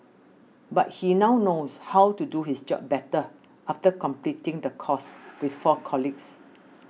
but he now knows how to do his job better after completing the course with four colleagues